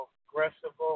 aggressive